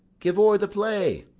give o'er the play.